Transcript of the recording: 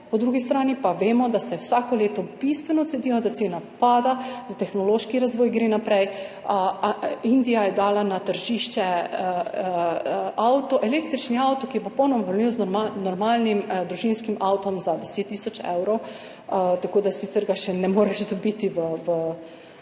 po drugi strani pa vemo, da se vsako leto bistveno cenijo, da cena pada, da tehnološki razvoj gre naprej. Indija je dala na tržišče električni avto, ki je popolnoma primerljiv z normalnim družinskim avtom, za 10 tisoč evrov. Sicer ga še ne moreš dobiti v